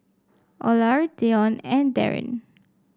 Olar Dione and Darren